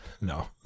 no